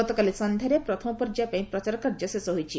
ଗତକାଲି ସନ୍ଧ୍ୟାରେ ପ୍ରଥମ ପର୍ଯ୍ୟାୟ ପାଇଁ ପ୍ରଚାର କାର୍ଯ୍ୟ ଶେଷ ହୋଇଛି